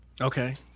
Okay